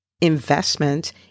investment